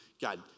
God